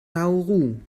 nauru